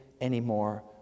anymore